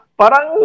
parang